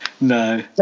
No